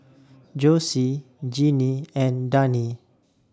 Jossie Genie and Dani